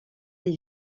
des